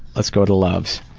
let's go to loves.